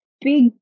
big